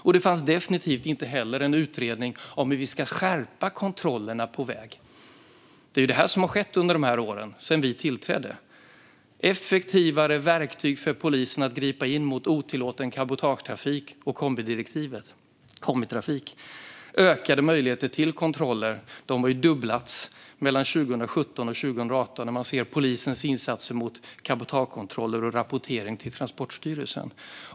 Och det fanns definitivt inte heller någon utredning om hur vi ska skärpa kontrollerna på väg. Dessa saker har skett sedan regeringen tillträdde. Det finns effektivare verktyg för polisen att gripa in mot otillåten cabotagetrafik och kombitrafik. Det finns nu ökade möjligheter till kontroller; de har dubblats mellan 2017 och 2018 i fråga om polisens insatser i form av cabotagekontroller och rapportering till Transportstyrelsen.